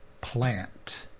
plant